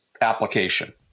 application